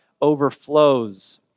overflows